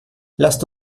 lasst